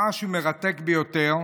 משהו מרתק ביותר,